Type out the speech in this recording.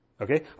Okay